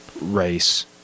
race